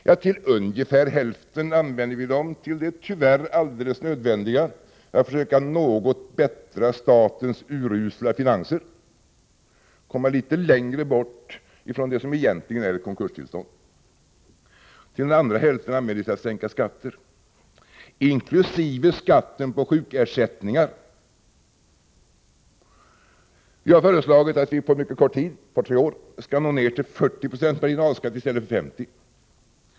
Jo, till ungefär hälften använder vi dem till det tyvärr alldeles nödvändiga, att försöka något förbättra statens urusla finanser och komma litet längre bort från vad som egentligen är ett konkurstillstånd. Till den andra hälften använder vi dem till att sänka skatter — inkl. skatten på sjukersättningar. Vi har föreslagit att man på mycket kort sikt, ett par tre år, skall nå ner till 40 90 marginalskatt i stället för 50 20.